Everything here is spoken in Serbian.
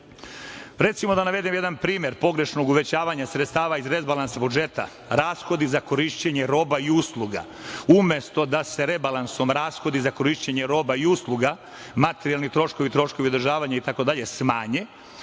da navedem jedan primer pogrešnog uvećavanja sredstava iz rebalansa budžeta – rashodi za korišćenje roba i usluga. Umesto da se rebalansom rashodi za korišćenje roba i usluga, materijalni troškovi, troškovi održavanja itd. smanje,